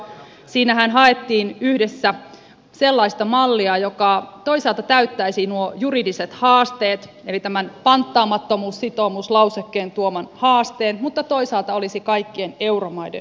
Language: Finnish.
siinähän haettiin yhdessä sellaista mallia joka toisaalta täyttäisi nuo juridiset haasteet eli tämän panttaamattomuussitoumuslausekkeen tuoman haasteen mutta toisaalta olisi kaikkien euromaiden hyväksyttävissä